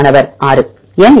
மாணவர் 6